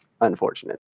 unfortunate